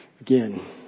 again